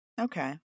Okay